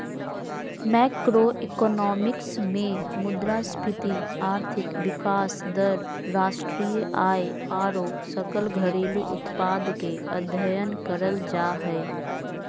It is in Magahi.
मैक्रोइकॉनॉमिक्स मे मुद्रास्फीति, आर्थिक विकास दर, राष्ट्रीय आय आरो सकल घरेलू उत्पाद के अध्ययन करल जा हय